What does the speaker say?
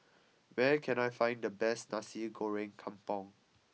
where can I find the best Nasi Goreng Kampung